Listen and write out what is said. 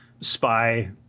spy